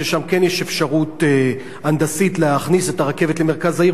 ששם כן יש אפשרות הנדסית להכניס את הרכבת למרכז העיר,